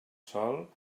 sol